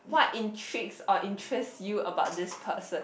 what intrigue or interest you about this person